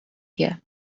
here